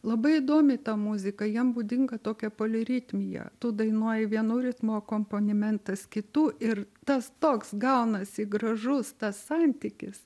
labai įdomi ta muzika jam būdinga tokia poliritmija tu dainuoji vienu ritmu akompanimentas kitu ir tas toks gaunasi gražus tas santykis